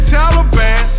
Taliban